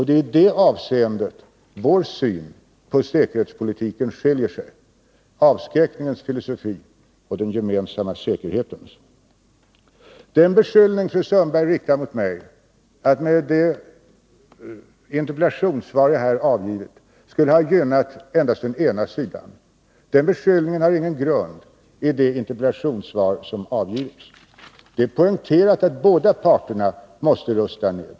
Det är i det avseendet vår syn på säkerhetspolitiken skiljer sig — avskräckningens filosofi och den gemensamma säkerhetens. Den beskyllning som fru Sundberg riktar mot mig, att jag genom det interpellationssvar som jag här avgivit skulle ha gynnat endast den ena sidan, har ingen grund i detta interpellationssvar. Det har där poängterats att båda parterna måste rusta ned.